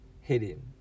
hidden